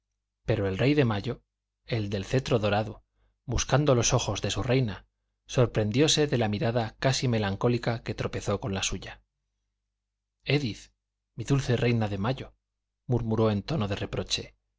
pero el rey de mayo el del cetro dorado buscando los ojos de su reina sorprendióse de la mirada casi melancólica que tropezó con la suya édith mi dulce reina de mayo murmuró en tono de reproche